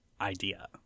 idea